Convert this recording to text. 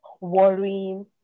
worrying